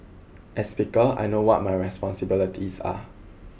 as speaker I know what my responsibilities are